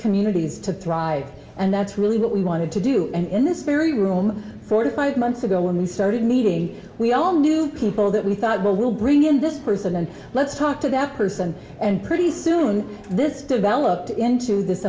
communities to thrive and that's really what we wanted to do in this very room forty five months ago when we started meeting we all knew people that we thought well we'll bring in this person and let's talk to that person and pretty soon this developed into this